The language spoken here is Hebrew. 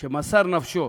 שמסר נפשו